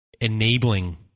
Enabling